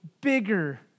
bigger